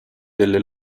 delle